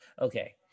Okay